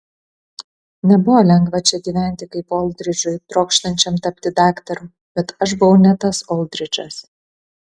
nebuvo lengva čia gyventi kaip oldridžui trokštančiam tapti daktaru bet aš buvau ne tas oldridžas